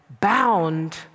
bound